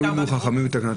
אבל מה הועילו חכמים בתקנתם?